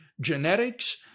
genetics